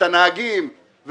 את הנהגים,